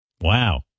wow